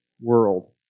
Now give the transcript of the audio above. world